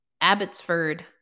Abbotsford